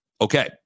Okay